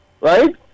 Right